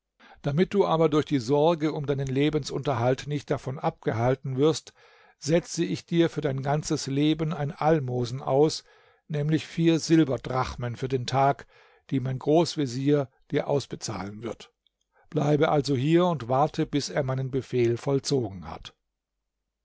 damit du aber durch die sorge um deinen lebensunterhalt nicht davon abgehalten wirst setze ich dir für dein ganzes leben ein almosen aus nämlich vier silberdrachmen für den tag die mein großvezier dir ausbezahlen wird bleibe also hier und warte bis er meinen befehl vollzogen hat